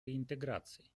реинтеграции